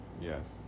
Yes